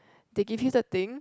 they give you the thing